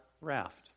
raft